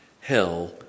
hell